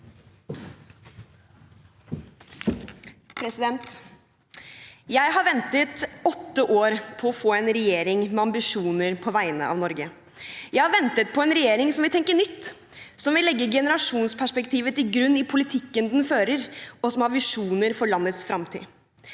Jeg har ventet i åtte år på å få en regjering med ambisjoner på vegne av Norge. Jeg har ventet på en regjering som vil tenke nytt, som vil legge generasjonsperspektivet til grunn i politikken den fører og som har visjoner for landets fremtid.